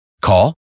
Call